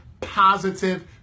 positive